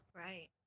right